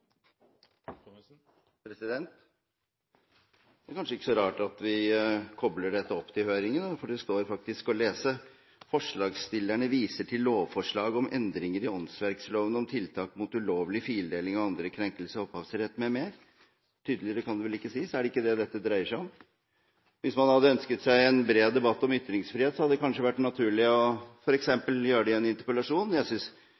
kanskje ikke så rart at vi kobler dette opp til høringen, for det står faktisk å lese: «Forslagsstillerne viser til lovforslag om endringer i åndsverkloven om tiltak mot ulovlig fildeling og andre krenkelser av opphavsrett m.m.» Tydeligere kan det vel ikke sies. Er det ikke det dette dreier seg om? Hvis man hadde ønsket seg en bred debatt om ytringsfrihet, hadde det kanskje vært naturlig f.eks. å gjøre det i en interpellasjon. Jeg synes